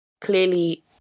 clearly